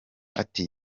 ati